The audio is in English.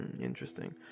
interesting